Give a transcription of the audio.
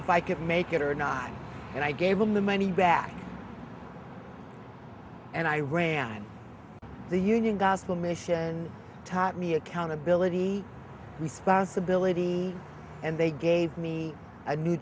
if i could make it or not and i gave them the money back and i ran the union gospel mission taught me accountability responsibility and they gave me a new